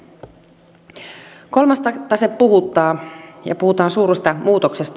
kolmas tase puhuttaa ja puhutaan suuresta muutoksesta